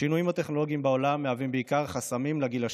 השינויים הטכנולוגיים בעולם מהווים בעיקר חסמים לגיל השלישי.